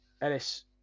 ellis